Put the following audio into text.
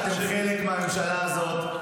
שאתם חלק מהממשלה הזאת,